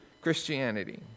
Christianity